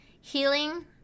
healing